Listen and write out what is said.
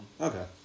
okay